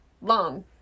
long